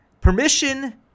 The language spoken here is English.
permission